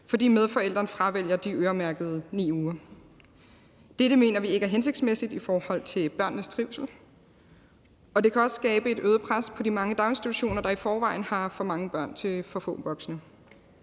fordi medforælderen fravælger de øremærkede 9 uger. Dette mener vi ikke er hensigtsmæssigt i forhold til børnenes trivsel, og det kan også skabe et øget pres på de mange daginstitutioner, der i forvejen har for mange børn til for få voksne.